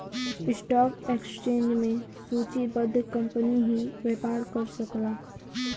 stock exchange में सूचीबद्ध company ही व्यापार कर सकला